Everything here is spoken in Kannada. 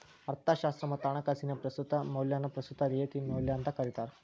ಅರ್ಥಶಾಸ್ತ್ರ ಮತ್ತ ಹಣಕಾಸಿನ್ಯಾಗ ಪ್ರಸ್ತುತ ಮೌಲ್ಯನ ಪ್ರಸ್ತುತ ರಿಯಾಯಿತಿ ಮೌಲ್ಯ ಅಂತೂ ಕರಿತಾರ